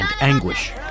anguish